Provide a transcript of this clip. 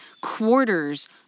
quarters